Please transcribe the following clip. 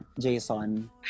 Jason